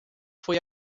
foi